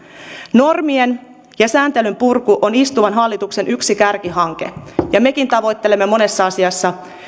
normien ja sääntelyn purku on istuvan hallituksen yksi kärkihanke ja mekin tavoittelemme monessa asiassa